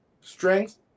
strength